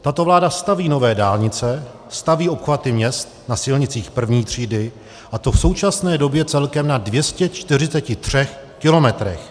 Tato vláda staví nové dálnice, staví obchvaty měst na silnicích I. třídy, a to v současné době celkem na 243 kilometrech.